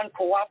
uncooperative